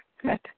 Good